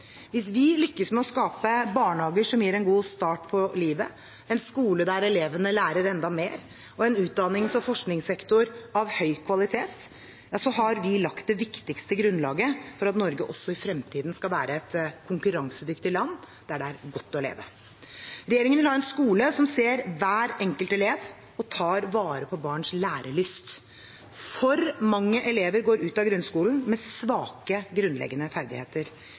Hvis vi lykkes med å skape barnehager som gir en god start på livet, en skole der elevene lærer enda mer, og en utdannings- og forskningssektor av høy kvalitet, har vi lagt det viktigste grunnlaget for at Norge også i fremtiden skal være et konkurransedyktig land der det er godt å leve. Regjeringen vil ha en skole som ser hver enkelt elev og tar vare på barns lærelyst. For mange elever går ut av grunnskolen med svake grunnleggende ferdigheter.